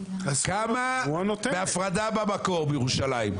כמה הפרדה במקור בירושלים?